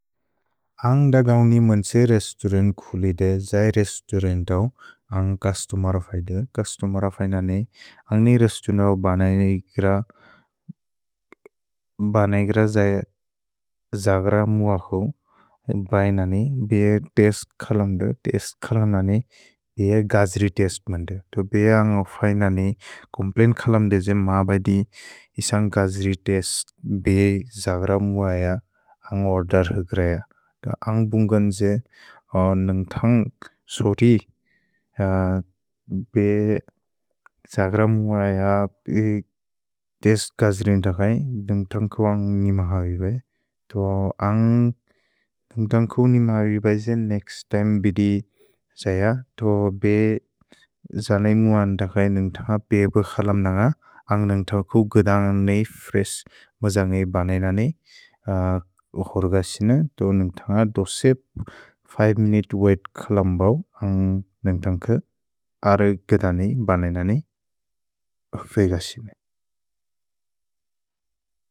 अन्ग् द गव्नि मन् त्से रेस्तुरन्त् खुलि दे, जै रेस्तुरन्तौ अन्ग् कस्तुमर फय्द। कस्तुमर फय्न ने अन्ग् ने रेस्तुरन्तौ बनयिग्र जै जग्र मुअ हौ, बैन ने बे तेस्त् खलन्द, तेस्त् खलन्द ने बे गज्रि तेस्त् मन्द। तो बे अन्ग् फय्न ने कोम्प्लैन् खलन्द जे माबदि इसन्ग् गज्रि तेस्त् बे जग्र मुअ अय, अन्ग् ओर्देर् हुक् रय। तो अन्ग् बुन्गन् जे नन्ग्थन्ग् सोति बे जग्र मुअ अय, बे तेस्त् गज्रि न्दगय्, नन्ग्थन्ग् कुअन्ग् निमहवि बै। तो अन्ग् नन्ग्थन्ग् कु निमहवि बै जे नेक्स्त् तिमे बिदि जय, तो बे जने मुअ न्दगय् नन्ग्थन्ग् बेबे खलन्द न्ग, अन्ग् नन्ग्थन्ग् कु गदान् ने फ्रेस् मजान् ने बनयिन ने उक्सोर् गसिन, तो नन्ग्थन्ग् दोसेप् फिवे मिनुते वैत् खलन्दौ, अन्ग् नन्ग्थन्ग् कु अर गदान् ने बनयिन ने उफेइ गसिन।